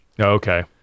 Okay